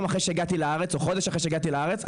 אחרי שהגעתי לארץ או חודש אחרי שהגעתי לארץ,